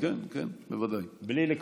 בלי לקרוא.